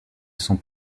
sont